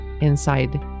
inside